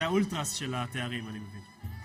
זה האולטרסט של התארים, אני מבין